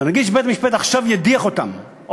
ונגיד שבית-המשפט ידיח אותם שוב,